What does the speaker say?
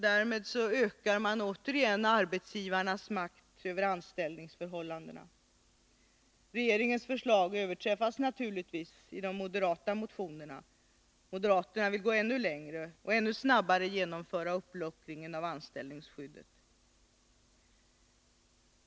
Därmed ökar man återigen arbetsgivarens makt över anställningsförhållandena. Regeringens förslag överträffas naturligtvis i de moderata motionerna. Moderaterna vill gå ännu längre och ännu snabbare genomföra uppluckringen av anställningsskyddet.